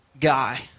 guy